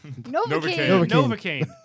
Novocaine